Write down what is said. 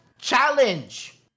challenge